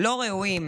לא ראויים.